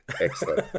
Excellent